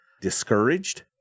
discouraged